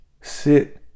sit